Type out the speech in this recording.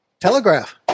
Telegraph